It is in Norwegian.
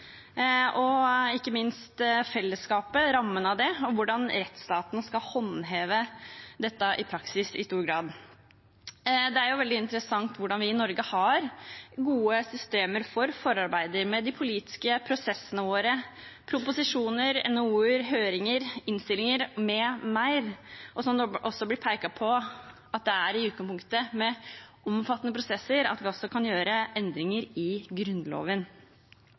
og ikke minst rammen av fellesskapet og hvordan rettsstaten skal håndheve dette i praksis. Det er veldig interessant hvordan vi i Norge har gode systemer for forarbeider med de politiske prosessene våre – proposisjoner, NOU-er, høringer, innstillinger m.m. – og, som det også blir pekt på, at det i utgangspunktet er med omfattende prosesser vi også kan gjøre endringer i Grunnloven.